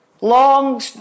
long